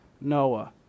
Noah